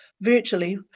virtually